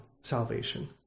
salvation